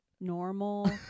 Normal